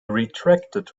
retracted